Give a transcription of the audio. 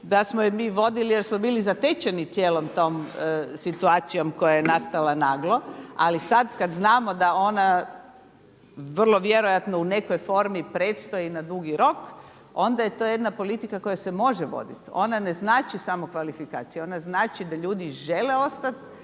da smo je mi vodili jer smo bili zatečeni cijelom tom situacijom koja je nastala naglo. Ali sada kada znamo da ona vrlo vjerojatno u nekoj formi predstoji na dugi rok, onda je to jedna politika koja se može voditi. Ona ne znači samo kvalifikacije, ona znači da ljudi žele ostati